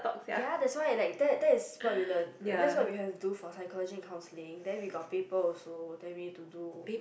ya that's why like that that is what we learn like that's what we have to do for psychology and counselling then we got paper also then we need to do